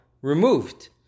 removed